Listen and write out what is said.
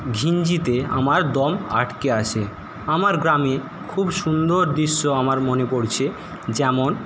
ঘিঞ্জিতে আমার দম আটকে আসে আমার গ্রামের খুব সুন্দর দৃশ্য আমার মনে পরছে যেমন